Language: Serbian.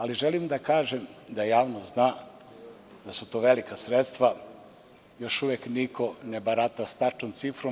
Ali, želim da kažem, da javnost zna, da su to velika sredstva, još uvek niko ne barata sa tačnom cifrom.